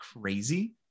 crazy